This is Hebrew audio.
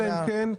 אלא אם כן יש.